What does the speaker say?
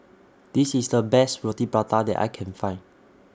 This IS The Best Roti Prata that I Can Find